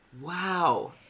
Wow